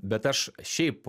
bet aš šiaip